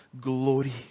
glory